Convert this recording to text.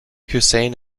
hussein